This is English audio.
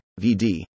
VD